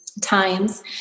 times